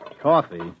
Coffee